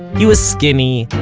he was skinny,